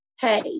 hey